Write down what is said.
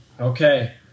Okay